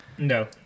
No